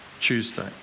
Tuesday